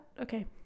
okay